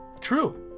True